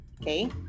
okay